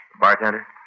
bartender